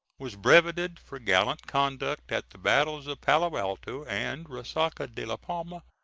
was brevetted for gallant conduct at the battles of palo alto and resaca de la palma,